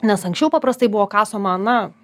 nes anksčiau paprastai buvo kasama na